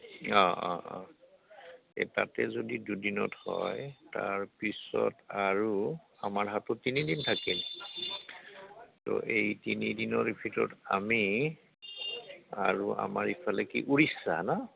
অঁ অঁ অঁ এই তাতে যদি দুদিনত হয় তাৰপিছত আৰু আমাৰ হাতত তিনিদিন থাকিল তো এই তিনিদিনৰ ভিতৰত আমি আৰু আমাৰ ইফালে কি উৰিষ্যা ন